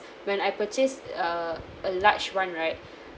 when I purchase err a large one right